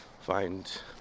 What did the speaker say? find